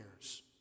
years